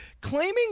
claiming